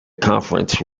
conference